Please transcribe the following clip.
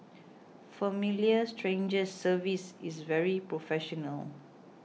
Familiar Strangers service is very professional